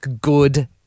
good